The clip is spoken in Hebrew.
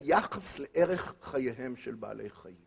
יחס לערך חייהם של בעלי חיים.